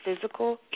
physical